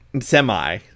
Semi